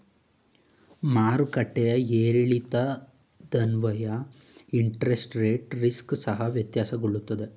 ಮಾರುಕಟ್ಟೆಯ ಏರಿಳಿತದನ್ವಯ interest rate risk ಸಹ ವ್ಯತ್ಯಾಸಗೊಳ್ಳುತ್ತದೆ